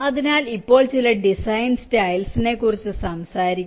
അതിനാൽ ഇപ്പോൾ ചില ഡിസൈൻ സ്റ്റൈൽസിനെക്കുറിച്ചു സംസാരിക്കും